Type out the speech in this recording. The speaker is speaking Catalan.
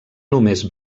només